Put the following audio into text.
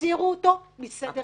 תסירו אותו מסדר-היום.